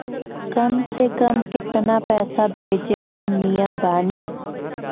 कम से कम केतना पैसा भेजै के नियम बानी?